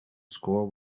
score